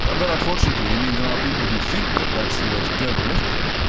but but unfortunately, i mean, there are people who think that that's the way to go politically.